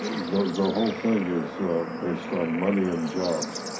the the whole thing is based on money and jobs.